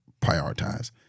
prioritize